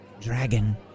dragon